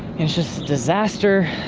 it's just a disaster.